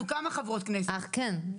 אנחנו כמה חברות כנסת פה.